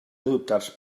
adoptats